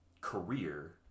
career